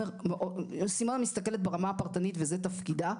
סימונה מסתכלת ברמה הפרטנית וזה תפקידה.